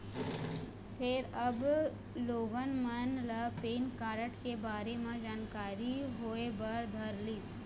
फेर अब लोगन मन ल पेन कारड के बारे म जानकारी होय बर धरलिस